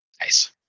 Nice